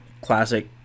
classic